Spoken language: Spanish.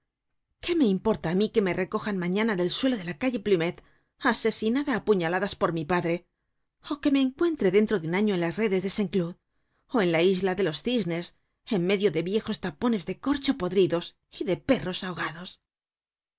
qué me importa á mí que me recojan mañana del suelo de la calle plumet asesinada á puñaladas por mi padre ó que me encuentre dentro de un año en las redes de saint cloud ó en la isla de los cisnes en medio de viejos tapones de corcho podridos y de perros ahogados